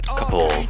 couple